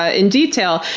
ah in detail.